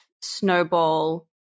snowball